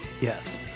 Yes